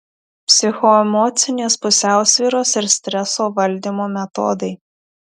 psichoemocinės pusiausvyros ir streso valdymo metodai